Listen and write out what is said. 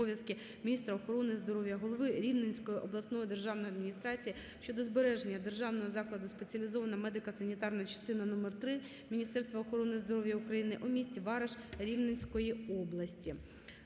міністра охорони здоров'я, голови Рівненської обласної державної адміністрації щодо збереження Державного закладу "Спеціалізована медико-санітарна частина № 3 Міністерства охорони здоров'я України" у місті Вараш Рівненської області.